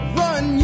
run